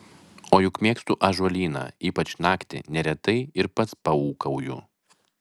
o juk mėgstu ąžuolyną ypač naktį neretai ir pats paūkauju